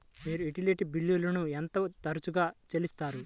మీరు యుటిలిటీ బిల్లులను ఎంత తరచుగా చెల్లిస్తారు?